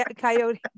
Coyote